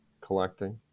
collecting